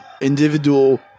individual